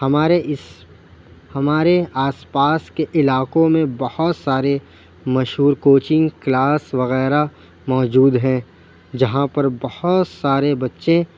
ہمارے اس ہمارے آس پاس کے علاقوں میں بہت سارے مشہور کوچنگ کلاس وغیرہ موجود ہیں جہاں پر بہت سارے بچے